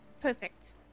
Perfect